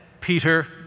Peter